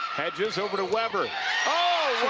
hedges over to weber